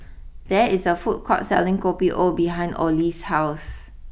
there is a food court selling Kopi O behind Olie's house